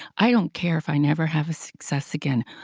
i don't care if i never have success again.